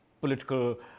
political